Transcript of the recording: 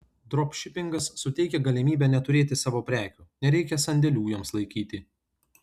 dropšipingas suteikia galimybę neturėti savo prekių nereikia sandėlių joms laikyti